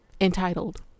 entitled